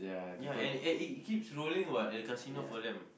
ya and and and it keeps rolling for them what casino for them